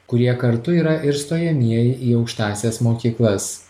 kurie kartu yra ir stojamieji į aukštąsias mokyklas